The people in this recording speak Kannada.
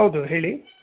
ಹೌದು ಹೇಳಿ